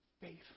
faith